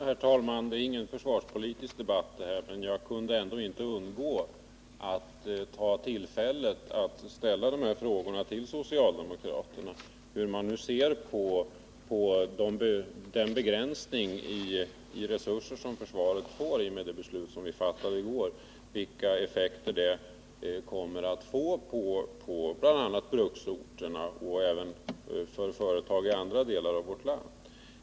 Herr talman! Detta är ingen försvarspolitisk debatt, men jag kunde inte undgå att ta detta tillfälle i akt att till socialdemokraterna ställa frågan hur de ser på den begränsning av resurserna som försvaret får i och med det beslut som vi fattade i går och vilka effekter det kommer att få bl.a. på bruksorterna och även för företag i andra delar av vårt land.